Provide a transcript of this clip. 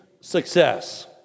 success